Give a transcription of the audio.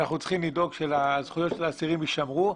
אנחנו צריכים לדאוג שהזכויות של האסירים יישמרו,